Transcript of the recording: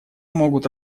могут